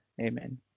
Amen